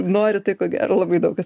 nori tai ko gero labai daug kas